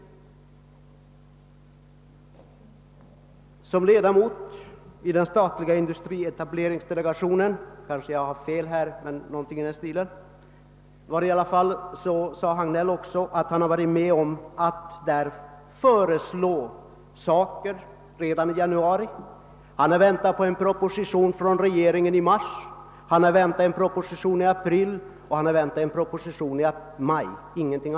Herr Hagnell framhöll att han som ledamot av den statliga industrietableringsdelegationen varit med om att lägga fram ett förslag i detta sammanhang redan i januari, och han hade väntat på en proposition i anledning härav från regeringen under mars månad, under april månad och sedan nu i maj månad, men ännu hade ingen proposition framlagts.